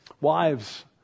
wives